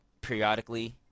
periodically